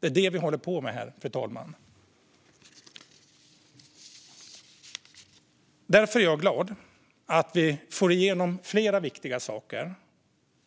Det är det vi håller på med här, fru talman. Därför är jag glad att vi får igenom flera viktiga saker.